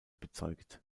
bezeugt